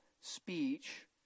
speech